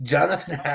Jonathan